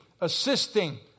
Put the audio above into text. assisting